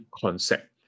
concept